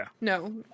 No